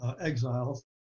exiles